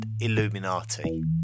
illuminati